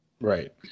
right